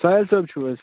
ساہِل صٲب چھُو حظ